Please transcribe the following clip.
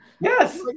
Yes